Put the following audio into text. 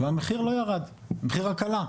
והמחיר לא ירד, המחיר רק עלה.